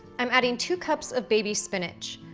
i'm adding two cups of baby spinach.